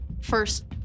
First